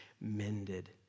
mended